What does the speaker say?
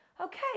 okay